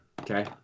Okay